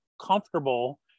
comfortable